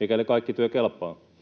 mikäli kaikki työ kelpaa.